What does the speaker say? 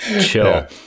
chill